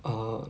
err